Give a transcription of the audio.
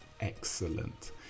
excellent